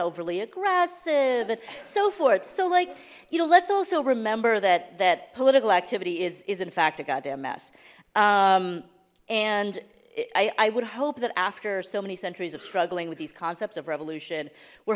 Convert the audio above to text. overly aggressive and so forth so like you know let's also remember that that political activity is in fact a goddamn mess and i would hope that after so many centuries of struggling with these concepts of revolution we're